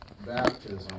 baptism